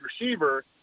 receiver